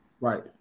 right